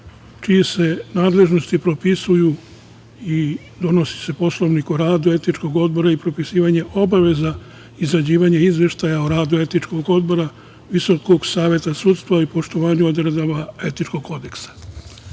čije se nadležnosti propisuju i donosi se Poslovnikom o radu Etičkog odbora i propisivanje obaveza izrađivanja izveštaja o radu Etičkog odbora Visokog saveta sudstva i poštovanje odredaba Etičkog kodeksa. Etički